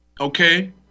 Okay